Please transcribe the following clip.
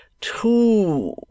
Two